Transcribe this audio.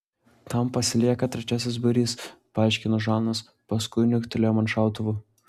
tam pasilieka trečiasis būrys paaiškino žanas paskui niuktelėjo man šautuvu